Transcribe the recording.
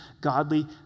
godly